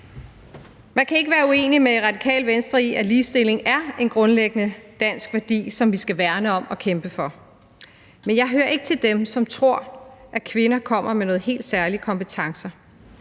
Man kan ikke være uenig med Radikale Venstre i, at ligestilling er en grundlæggende dansk værdi, som vi skal værne om og kæmpe for. Men jeg hører ikke til dem, som tror, at kvinder kommer med nogle helt særlige kompetencer,